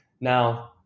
Now